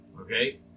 Okay